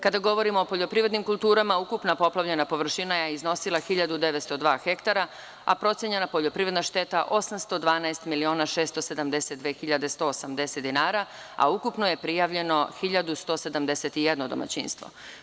Kada govorimo o poljoprivrednim kulturama ukupna poplavljena površina je iznosila 1.902 hektara, a procenjena poljoprivredna šteta 812.672.180 dinara, a ukupno je prijavljeno 1.171 domaćinstvo.